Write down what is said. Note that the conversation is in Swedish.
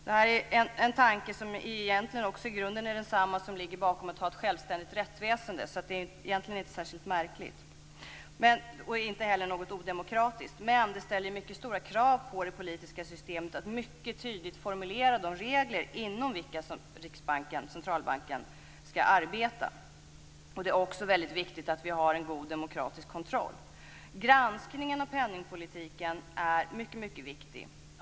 Det är i grunden egentligen samma tanke som ligger bakom att vi har ett självständigt rättsväsende. Det är egentligen inte särskilt märkligt, och inte heller något odemokratiskt. Men det ställer mycket stora krav på det politiska systemet att tydligt formulera de regler inom vilka Riksbanken, centralbanken, skall arbeta. Det är också väldigt viktigt att vi har en god demokratisk kontroll. Granskningen av penningpolitiken är mycket viktig.